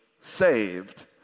saved